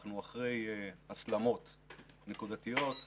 אנחנו אחרי הסלמות נקודתיות,